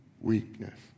weakness